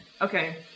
Okay